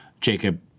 Jacob